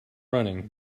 running